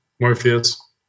Morpheus